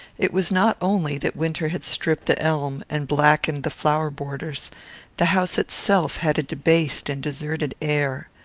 it was not only that winter had stripped the elm, and blackened the flower-borders the house itself had a debased and deserted air.